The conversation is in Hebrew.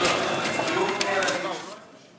זה מפני שאין לך מה לומר על החוק.